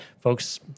folks